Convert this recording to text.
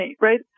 Right